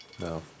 No